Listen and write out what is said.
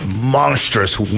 monstrous